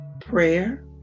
prayer